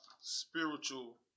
spiritual